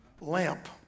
lamp